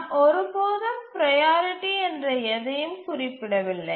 நாம் ஒருபோதும் ப்ரையாரிட்டி என்ற எதையும் குறிப்பிடவில்லை